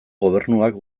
gobernuak